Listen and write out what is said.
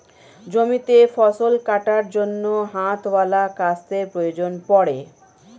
জমিতে ফসল কাটার জন্য হাতওয়ালা কাস্তের প্রয়োজন পড়ে